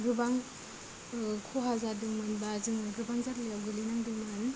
गोबां खहा जादोंमोन बा जों गोबां जाल्लायाव गोलैनांदोंमोन